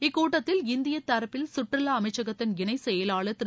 இக்கூட்டத்தில் இந்திய தரப்பில் சுற்றுலா அமைச்சகத்தன் இணைச் செயலாளர் திரு